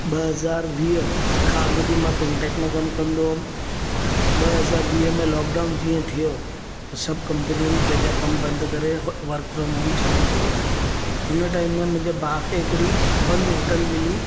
ॿ हज़ार वीह खां अॻु बि मां फिंटेक में कमु कंदो हुउमि ॿ हज़ार वीअ में लॉकडाउन जीअं थियो त सभु कंपनियुनि पंहिंजा कमु बंदि करे वर्क फ्रोम होम चालू कयो हुन टाइम में मुंहिंजे भाउ खे हिकड़ी बंदि होटल मिली